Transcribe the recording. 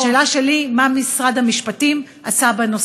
השאלה שלי: מה עשה משרד המשפטים בנושא?